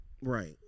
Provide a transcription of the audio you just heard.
Right